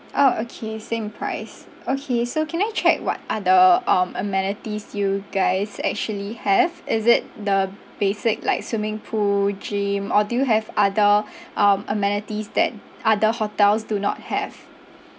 orh okay same price okay so can I check what are the um amenities you guys actually have is it the basic like swimming pool gym or do you have other um amenities that other hotels do not have